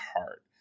heart